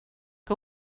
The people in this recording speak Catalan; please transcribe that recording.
que